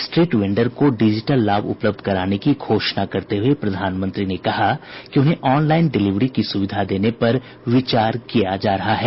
street vendors को digital लाभ उपलब्ध कराने की घोषणा करते हुए प्रधानमंत्री ने कहा कि उन्हें ऑनलाइन डिलीवरी की सुविधा देने पर विचार किया जा रहा है